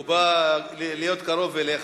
הוא בא להיות קרוב אליך.